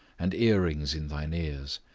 and ear-rings in thine ears,